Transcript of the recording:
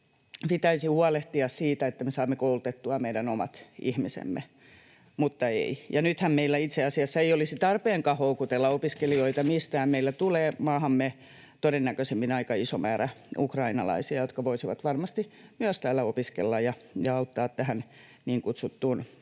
pitäisi huolehtia siitä, että me saamme koulutettua meidän omat ihmisemme, mutta ei. Ja nythän meidän itse asiassa ei olisi tarpeenkaan houkutella opiskelijoita mistään: meille tulee maahamme todennäköisimmin aika iso määrä ukrainalaisia, jotka voisivat varmasti myös täällä opiskella ja auttaa tähän niin kutsuttuun